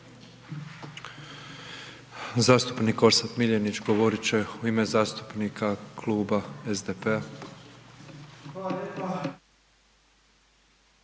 Zastupnik Orsat Miljenić govorit će u ime zastupnika kluba SDP-a.